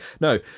no